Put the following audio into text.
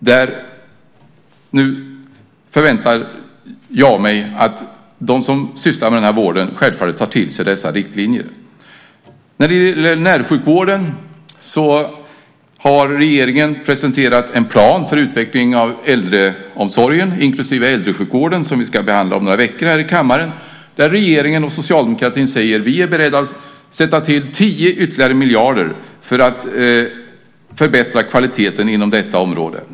Och nu förväntar jag mig att de som sysslar med denna vård självfallet tar till sig dessa riktlinjer. När det gäller närsjukvården har regeringen presenterat en plan för utveckling av äldreomsorgen inklusive äldresjukvården, som vi ska behandla om några veckor här i kammaren, där regeringen och socialdemokratin säger att man är beredd att tillföra 10 ytterligare miljarder för att förbättra kvaliteten inom detta område.